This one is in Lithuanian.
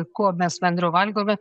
ko mes bendro valgome